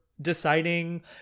deciding